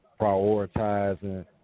prioritizing